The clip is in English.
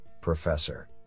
professor